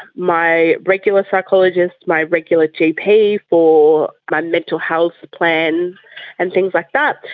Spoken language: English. my regular psychologist, my regular gp for my mental health plan and things like that.